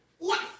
Yes